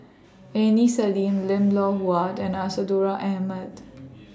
Aini Salim Lim Loh Huat and Isadhora Mohamed